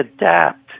adapt